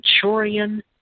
centurion